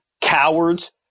cowards